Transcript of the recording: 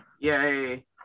Yay